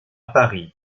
paris